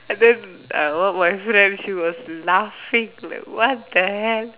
and then uh I one of my friend she was laughing like what the hell